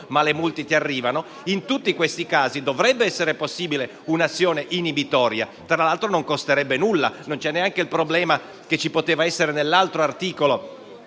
e le multe arrivano lo stesso, in tutti questi casi dovrebbe essere possibile un'azione inibitoria. Tra l'altro, non costerebbe nulla. Non esiste neanche il problema, che poteva nascere con l'altro articolo,